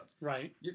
right